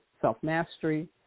self-mastery